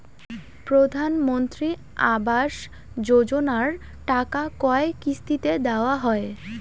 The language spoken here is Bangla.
প্রধানমন্ত্রী আবাস যোজনার টাকা কয় কিস্তিতে দেওয়া হয়?